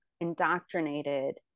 indoctrinated